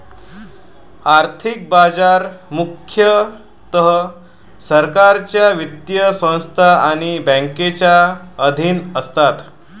आर्थिक बाजार मुख्यतः सरकारच्या वित्तीय संस्था आणि बँकांच्या अधीन असतात